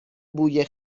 بوی